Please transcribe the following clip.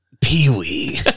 Pee-wee